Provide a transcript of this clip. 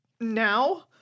now